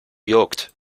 juckt